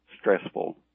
stressful